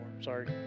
sorry